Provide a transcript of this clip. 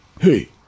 Hey